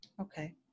Okay